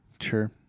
Sure